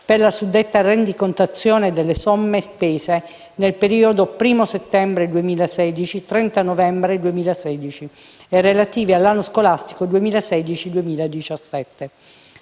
per la suddetta rendicontazione delle somme spese nel periodo 1° settembre 2016 - 30 novembre 2016 e relative all'anno scolastico 2016-2017.